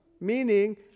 meaning